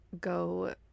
go